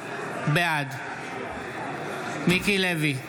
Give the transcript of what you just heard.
בעד מיקי לוי,